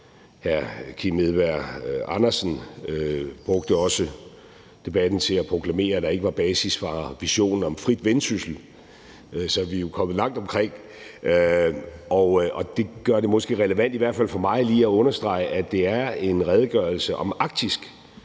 Hr. Kim Edberg Andersen brugte også debatten til at proklamere, at der ikke var basis for visionen om frit Vendsyssel. Så vi er jo kommet langt omkring. Det gør det måske relevant i hvert fald for mig lige at understrege, at det er en redegørelse om Arktis.